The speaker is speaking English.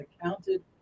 accounted